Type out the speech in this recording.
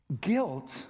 Guilt